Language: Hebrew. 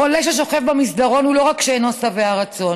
חולה ששוכב במסדרון הוא לא רק לא שבע רצון.